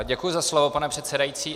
Děkuji za slovo, pane předsedající.